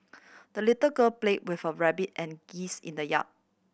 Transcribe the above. the little girl played with her rabbit and geese in the yard